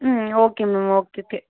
ம் okay ma'am okay okay